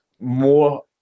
More